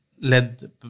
led